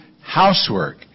housework